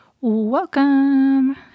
Welcome